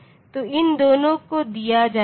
तो इन दोनों को दिया जाना है